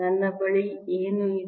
ನನ್ನ ಬಳಿ ಏನು ಇದೆ